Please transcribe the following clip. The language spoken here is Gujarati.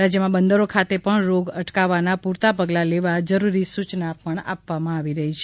રાજ્યમાં બંદરી ખાતે પણ રોગ અટકાવવાના પૂરતા પગલાં લેવા જરૂરી સૂચનો આપવામાં આવ્યા છે